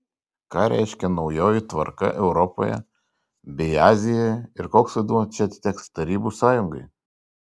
ką reiškia naujoji tvarka europoje bei azijoje ir koks vaidmuo čia atiteks tarybų sąjungai